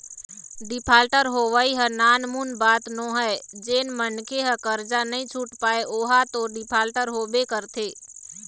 defaulter होवई ह नानमुन बात नोहय जेन मनखे ह करजा नइ छुट पाय ओहा तो डिफाल्टर होबे करथे